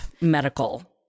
medical